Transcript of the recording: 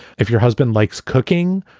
if your husband likes cooking,